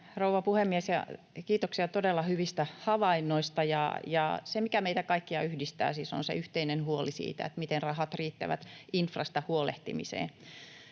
rouva puhemies! Ja kiitoksia todella hyvistä havainnoista. Se, mikä meitä kaikkia yhdistää, on siis se yhteinen huoli siitä, miten rahat riittävät infrasta huolehtimiseen.